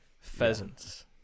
Pheasants